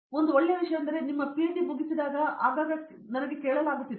ಆದರೆ ಒಂದು ಒಳ್ಳೆಯ ವಿಷಯವೆಂದರೆ ನಿಮ್ಮ ಪಿಎಚ್ಡಿ ಮುಗಿಸಿದಾಗ ನನಗೆ ಆಗಾಗ್ಗೆ ಕೇಳಲಾಗುತ್ತಿತ್ತು